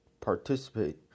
participate